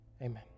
Amen